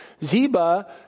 Zeba